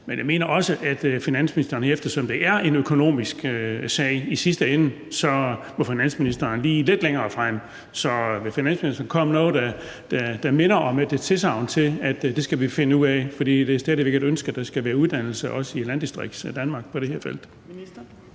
men jeg mener også, at finansministeren, eftersom det er en økonomisk sag i sidste ende, må lidt længere frem. Finansministeren kunne komme med noget, der minder om et tilsagn om, at vi skal finde ud af det. For det er stadig væk et ønske, at der skal være uddannelse også i Landdistriktsdanmark på det her felt.